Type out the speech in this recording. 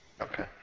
Okay